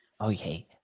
Okay